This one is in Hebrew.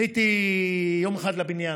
עליתי יום אחד לבניין,